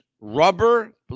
rubber